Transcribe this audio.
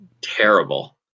Terrible